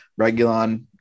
Regulon